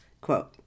Quote